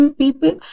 people